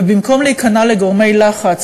ובמקום להיכנע לגורמי לחץ,